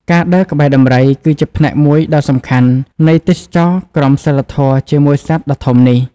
ការដើរក្បែរដំរី គឺជាផ្នែកមួយដ៏សំខាន់នៃទេសចរណ៍ក្រមសីលធម៌ជាមួយសត្វដ៏ធំនេះ។